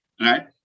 right